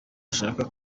ashaka